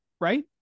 right